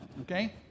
okay